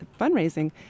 fundraising